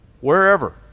wherever